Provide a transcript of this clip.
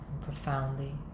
profoundly